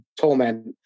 torment